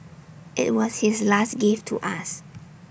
IT was his last gift to us